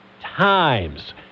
times